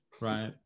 right